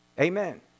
Amen